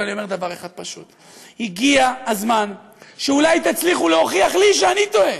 ואני אומר דבר אחד פשוט: הגיע הזמן שאולי תצליחו להוכיח לי שאני טועה,